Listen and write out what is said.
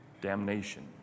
damnation